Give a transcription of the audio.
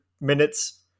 minutes